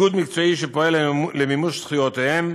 איגוד מקצועי שפועל למימוש זכויותיהם,